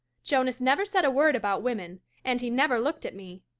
jonas never said a word about women and he never looked at me.